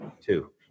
two